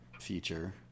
feature